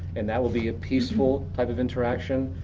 and that will be a peaceful type of interaction.